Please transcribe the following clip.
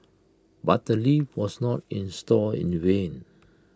but the lift was not installed in vain